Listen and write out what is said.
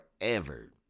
forever